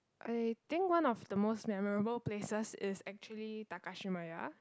I think one of the most memorable places is actually Takashimaya